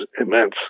immense